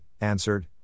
answered